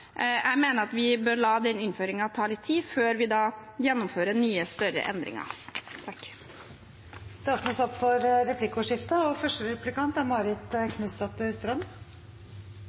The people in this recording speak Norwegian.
Jeg mener at vi bør la den innføringen ta litt tid, før vi gjennomfører nye, større endringer. Det blir replikkordskifte. I sitt brev til komiteen redegjorde statsråden nettopp for